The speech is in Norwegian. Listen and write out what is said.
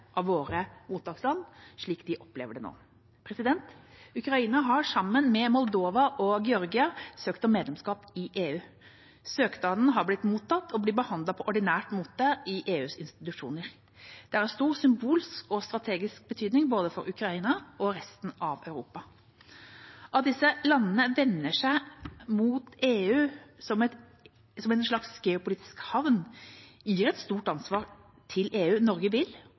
av våre mottakerland, slik de opplever det nå. Ukraina har, slik Moldova og Georgia har gjort, søkt om medlemskap i EU. Søknaden har blitt mottatt og blir behandlet på ordinær måte i EUs institusjoner. Det er av stor symbolsk og strategisk betydning både for Ukraina og for resten av Europa. At disse landene vender seg mot EU som en slags geopolitisk havn, gir et stort ansvar til EU. Norge vil,